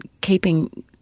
keeping